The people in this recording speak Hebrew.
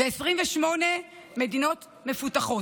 ו-28 מדינות מפותחות.